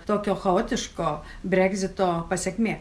tokio chaotiško bregzito pasekmė